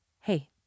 Hey